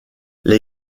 les